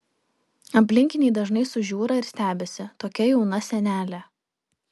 aplinkiniai dažnai sužiūra ir stebisi tokia jauna senelė